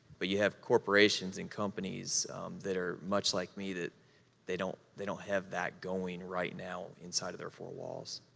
but you have corporations and companies that are much like me that they don't they don't have that going right now inside of their four walls.